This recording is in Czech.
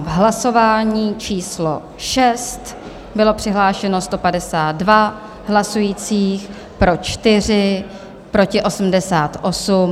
Hlasování číslo 6, bylo přihlášeno 152 hlasujících, pro 4, proti 88.